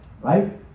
right